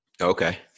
okay